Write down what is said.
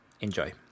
enjoy